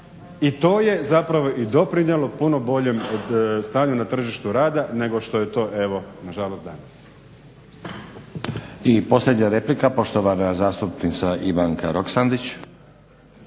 I to je zapravo i doprinijelo puno boljem stanju na tržištu rada nego što je to evo nažalost danas. **Stazić, Nenad (SDP)** I posljednja replika, poštovana zastupnica Ivanka Roksandić.